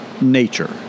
nature